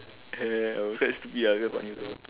ah I was quite stupid lah quite funny also